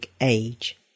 age